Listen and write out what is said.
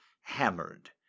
hammered